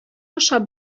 ашап